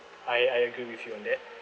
I I agree with you on that